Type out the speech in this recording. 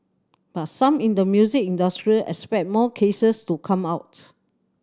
but some in the music industry expect more cases to come out